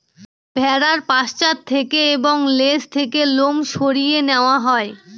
ভেড়ার পশ্চাৎ থেকে এবং লেজ থেকে লোম সরিয়ে নেওয়া হয়